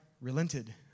relented